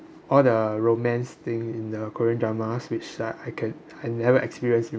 all the romance thing in the korean dramas which I I can I never experience in